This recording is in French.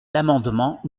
l’amendement